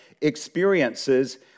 experiences